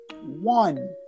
one